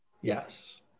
Yes